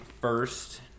first